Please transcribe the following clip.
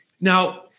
Now